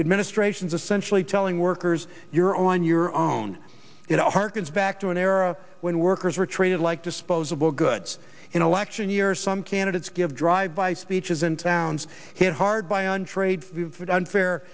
administration's essentially telling workers you're on your own it harkens back to an era when workers were treated like disposable goods in election year some candidates give drive by speeches in towns hit hard by on trade with unfair